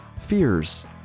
fears